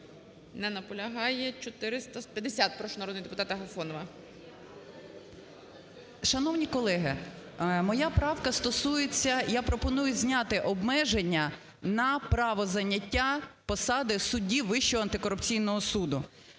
На наполягає. 450. Прошу народний депутат Агафонова. 11:49:22 АГАФОНОВА Н.В. Шановні колеги, моя правка стосується, я пропоную зняти обмеження на право зайняття посади судді Вищого антикорупційного суду.